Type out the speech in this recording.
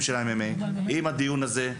של מרכז המחקר והמידע ועם הדיון הזה,